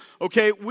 okay